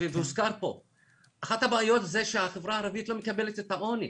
הוזכר פה שאחת הבעיות זה שהחברה הערבית לא מקבלת את העוני,